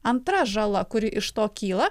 antra žala kuri iš to kyla